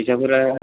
फैसाफोरा